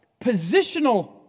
positional